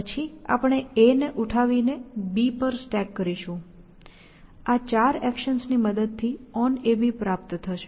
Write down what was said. પછી આપણે A ને ઉઠાવી ને B પર સ્ટેક કરીશું આ ચાર એક્શન્સ ની મદદ થી onAB પ્રાપ્ત થશે